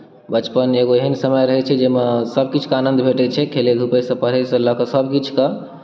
बचपन एगो एहन समय रहैत छै जाहिमे सभ किछुके आनन्द भेटैत छै खेलै धूपैसँ पढ़यसँ लऽ कऽ सभकिछु कऽ